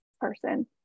person